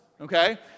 okay